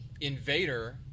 invader